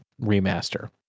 remaster